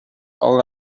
all